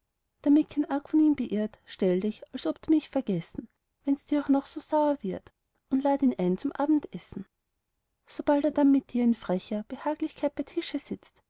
damit kein argwohn ihn beirrt stell dich als ob du mich vergessen wenn dir's auch noch so sauer wird und lad ihn ein zum abendessen sobald er dann mit dir in frecher behaglichkeit bei tische sitzt